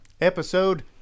Episode